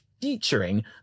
featuring